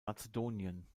mazedonien